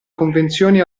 convenzioni